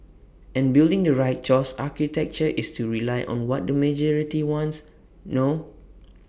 and building the right choice architecture is to rely on what the majority wants no